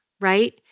right